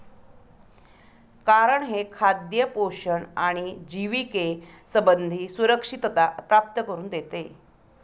कारण हे खाद्य पोषण आणि जिविके संबंधी सुरक्षितता प्राप्त करून देते